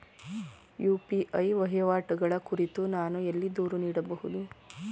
UPI ವಹಿವಾಟುಗಳ ಕುರಿತು ನಾನು ಎಲ್ಲಿ ದೂರು ನೀಡಬಹುದು?